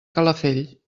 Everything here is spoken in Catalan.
calafell